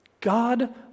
God